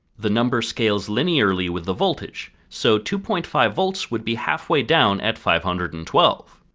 the number scales linearly with the voltage, so two point five volts would be halfway down at five hundred and twelve.